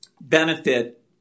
benefit